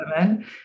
women